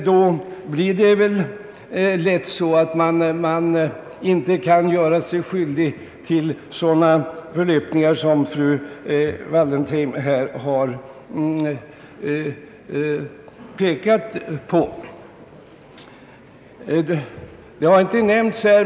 Då kan man inte heller göra sig skyldig till sådana förlöp ningar som fru Wallentheim här har pekat på.